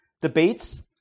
debates